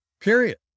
Period